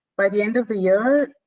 by the end of the year